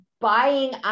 buying